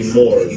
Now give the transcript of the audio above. more